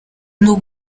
n’u